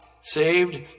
saved